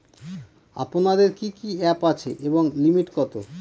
আপনাদের কি কি অ্যাপ আছে এবং লিমিট কত?